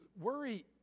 Worry